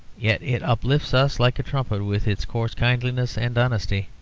yet it uplifts us like a trumpet with its coarse kindliness and honesty,